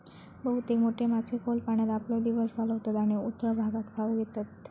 बहुतेक मोठे मासे खोल पाण्यात आपलो दिवस घालवतत आणि उथळ भागात खाऊक येतत